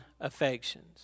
affections